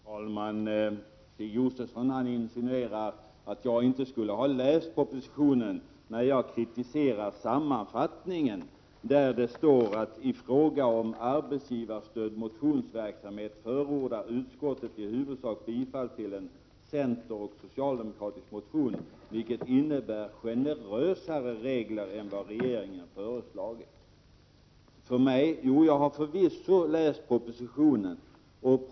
Herr talman! Stig Josefson insinuerar att jag inte skulle ha läst propositionen, eftersom jag kritiserar utskottets sammanfattning, där det står: ”I fråga om arbetsgivarstödd motionsverksamhet förordar utskottet i huvudsak bifall till en coch en s-motion, vilket innebär generösare regler än vad regeringen föreslagit ——-—.” Jo, jag har förvisso läst propositionen.